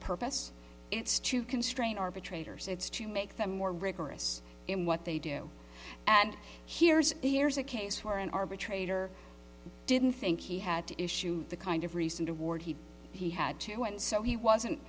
purpose it's to constrain arbitrators it's to make them more rigorous in what they do and here's here's a case where an arbitrator didn't think he had to issue the kind of recent award he he had to and so he wasn't